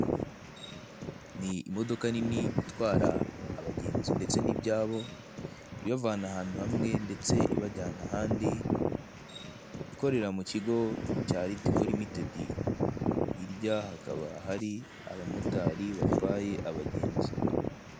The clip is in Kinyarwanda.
Ni imodoka nini itwara abagenzi ndetse n'ibyabo ibavana ahantu hamwe ndetse ibajyana ahandi ikorera mu kigo cya ritico rimitedi. Hirya hakaba hari abamotari batwaye abagenzi.